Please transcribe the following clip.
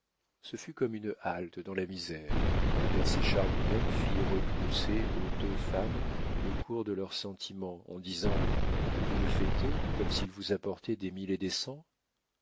ce fut comme une halte dans la misère le père séchard lui-même fit rebrousser aux deux femmes le cours de leurs sentiments en disant vous le fêtez comme s'il vous apportait des mille et